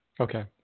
Okay